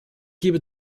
gebe